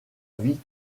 vie